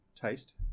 taste